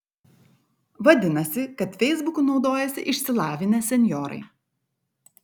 vadinasi kad feisbuku naudojasi išsilavinę senjorai